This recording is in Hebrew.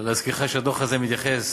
להזכירך, הדוח הזה מתייחס